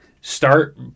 start